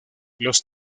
los